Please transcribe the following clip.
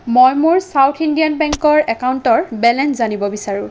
মই মোৰ South Indian বেংকৰ একাউণ্টৰ বেলেঞ্চ জানিব বিচাৰোঁ